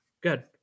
Good